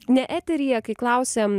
ne eteryje kai klausėm